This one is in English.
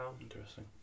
interesting